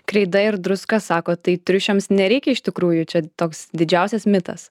kreida ir druska sakot tai triušiams nereikia iš tikrųjų čia toks didžiausias mitas